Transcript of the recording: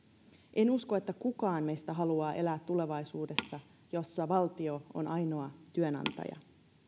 en usko että kukaan meistä haluaa elää tulevaisuudessa jossa valtio on ainoa työnantaja